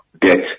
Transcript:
debt